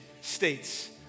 states